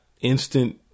instant